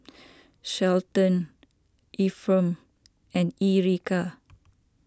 Shelton Efrem and Erika